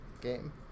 game